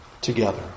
together